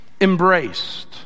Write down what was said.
embraced